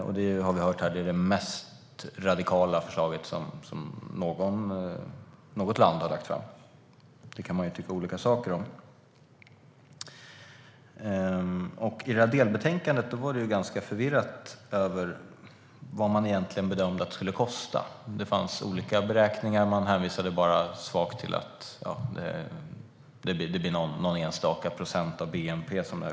Det är, har vi hört, det mest radikala förslag som något land har lagt fram. Det kan man tycka olika saker om. I delbetänkandet var det ganska förvirrat när det gällde vad man bedömde att detta skulle kosta. Det fanns olika beräkningar, och man hänvisade vagt till att kostnaden blir någon enstaka procent av bnp.